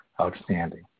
outstanding